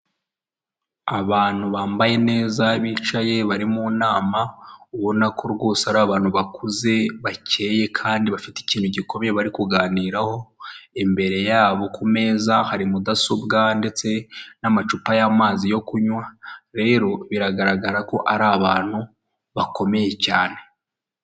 Abantu bambaye neza bicaye bari mu nama ubona ko rwose ari abantu bakuze bakeye kandi bafite ikintu gikomeye bari kuganiraho, imbere yabo ku meza hari mudasobwa ndetse n'amacupa y'amazi yo kunywa, rero biragaragara ko ari abantu bakomeye cyane.